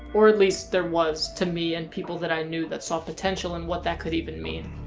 or, at least, there was to me and people that i knew that saw potential in what that could even mean.